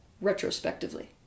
retrospectively